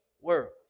world